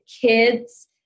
kids